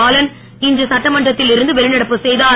பாலன் இன்று சட்டமன்றத்தில் இருந்து வெளிநடப்பு செய்தார்